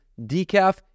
decaf